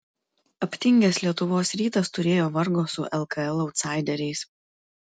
aptingęs lietuvos rytas turėjo vargo su lkl autsaideriais